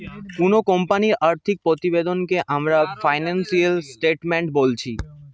কুনো কোম্পানির আর্থিক প্রতিবেদনকে আমরা ফিনান্সিয়াল স্টেটমেন্ট বোলছি